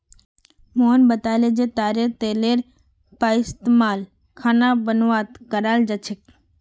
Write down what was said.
मोहन बताले जे तारेर तेलेर पइस्तमाल खाना बनव्वात कराल जा छेक